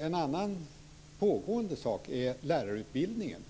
En annan pågående sak är lärarutbildningen.